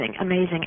amazing